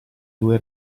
due